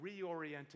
reoriented